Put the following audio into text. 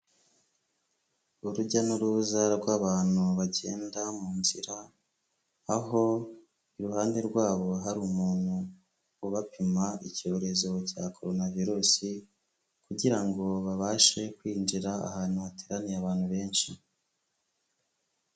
Urujya n'uruza rw'abantu bagenda mu nzira, aho iruhande rwabo hari umuntu ubapima icyorezo cya corona virus kugira ngo babashe kwinjira ahantu hateraniye abantu benshi.